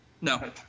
No